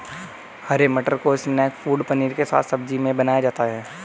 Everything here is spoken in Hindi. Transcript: हरे मटर को स्नैक फ़ूड पनीर के साथ सब्जी में बनाया जाता है